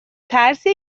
ترسی